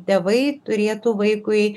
tėvai turėtų vaikui